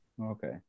Okay